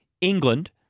England